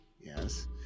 Yes